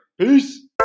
Peace